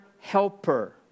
Helper